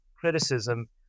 criticism